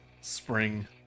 spring